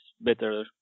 better